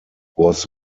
was